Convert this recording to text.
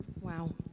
Wow